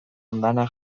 andana